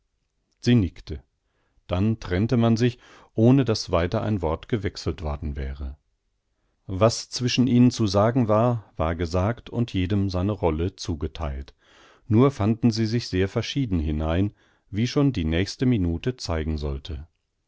sie nickte dann trennte man sich ohne daß weiter ein wort gewechselt worden wäre was zwischen ihnen zu sagen war war gesagt und jedem seine rolle zugetheilt nur fanden sie sich sehr verschieden hinein wie schon die nächste minute zeigen sollte